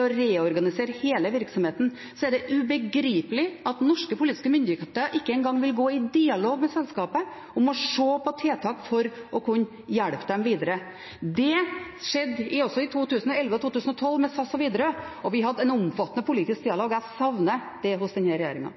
å reorganisere hele virksomheten. Da er det ubegripelig at norske politiske myndigheter ikke engang vil gå i dialog med selskapet om å se på tiltak for å kunne hjelpe dem videre. Det skjedde også i 2011 og 2012 med SAS og Widerøe, og vi hadde en omfattende politisk dialog. Jeg savner det hos denne regjeringen.